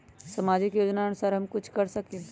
सामाजिक योजनानुसार हम कुछ कर सकील?